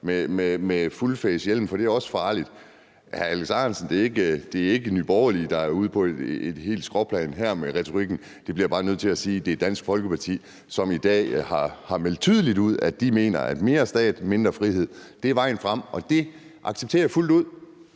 med full face-hjelm, for det er også farligt. Jeg vil sige til hr. Alex Ahrendtsen, at det ikke er Nye Borgerlige, der er ude på et skråplan her i retorikken – det bliver jeg bare nødt til at sige. Det er Dansk Folkeparti, som i dag har meldt tydeligt ud, at de mener, at mere stat og mindre frihed er vejen frem, og det accepterer jeg fuldt ud.